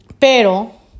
Pero